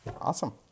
Awesome